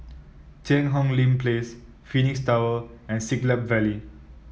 Cheang Hong Lim Place Phoenix Tower and Siglap Valley